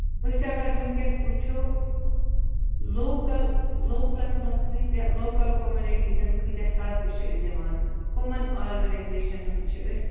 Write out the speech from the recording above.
أسۍ اگر وٕنکیٚس وُچھو لوکَل لوکَلَس مَنٛز کۭتیاہ لوکَل کوٚمنٹیزَن کۭتیاہ صدقہٕ چھِ أسۍ دِوان کٕمَن آرگنایزیشنَن چھِ أسۍ